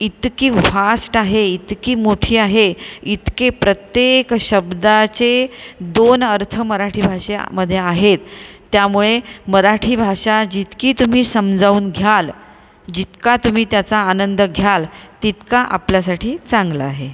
इतकी व्हास्ट आहे इतकी मोठी आहे इतके प्रत्येक शब्दाचे दोन अर्थ मराठी भाषामध्ये आहेत त्यामुळे मराठी भाषा जितकी तुम्ही समजाहून घ्याल जितका तुम्ही त्याचा आनंद घ्याल तितका आपल्यासाठी चांगला आहे